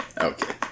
Okay